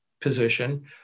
position